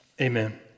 Amen